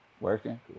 Working